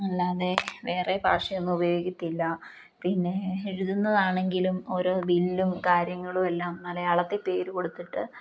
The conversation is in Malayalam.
അല്ലാതെ വേറെ ഭാഷയൊന്നും ഉപയോഗത്തില്ല പിന്നെ എഴുതുന്നതാണെങ്കിലും ഓരോ ബില്ലും കാര്യങ്ങളും എല്ലാം മലയാളത്തിൽ പേര് കൊടുത്തിട്ട്